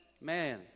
Man